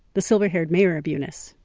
the silver-haired mayor of eunice.